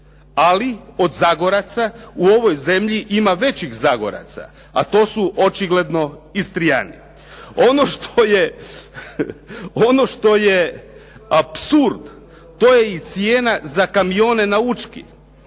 Ali od Zagoraca u ovoj zemlji ima većih Zagoraca, a to su očigledno Istrijani. Ono što je apsurd to je i cijena za kamione na Učki.